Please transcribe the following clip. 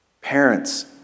Parents